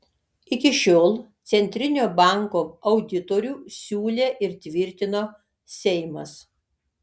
iki šiol centrinio banko auditorių siūlė ir tvirtino seimas